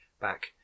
back